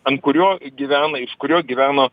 ant kurio gyvena iš kurio gyveno